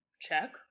check